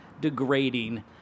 degrading